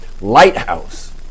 lighthouse